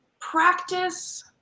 practice